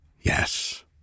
Yes